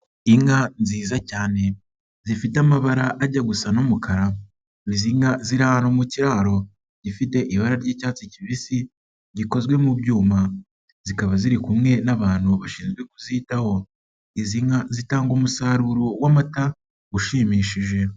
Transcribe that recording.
Inka nziza cyane zifite amabara ajya gusa n'umukara, izi nka ziri ahantu mu kiraro gifite ibara ry'icyatsi kibisi, gikozwe mu byuma, zikaba ziri kumwe n'abantu bashinzwe kuzitaho, izi nka zitanga umusaruro w'amata ushimishije.